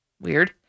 Weird